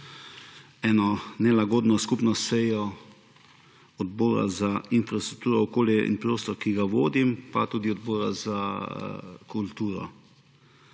eno nelagodno skupno sejo Odbora za infrastrukturo, okolje in prostor, ki ga vodim, pa tudi Odbora za kulturo.